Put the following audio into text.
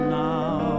now